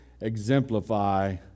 exemplify